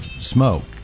smoke